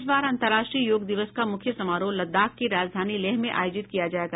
इस बार अंतर्राष्ट्रीय योग दिवस का मुख्य समारोह लद्दाख की राजधानी लेह में आयोजित किया जायेगा